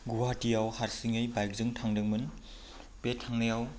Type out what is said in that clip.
गुवाहाटिआव हारसिङै बाइकजों थांदोंमोन बे थांनायाव